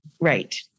right